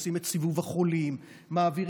עושים את סיבוב החולים ומעבירים.